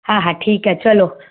हा हा ठीकु आहे चलो